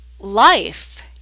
life